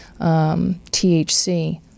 THC